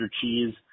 Cheese